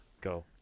go